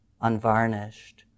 unvarnished